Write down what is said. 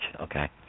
Okay